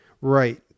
Right